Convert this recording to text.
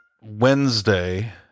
Wednesday